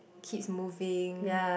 keeps moving